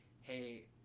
hey